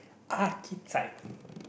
architect